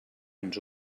ens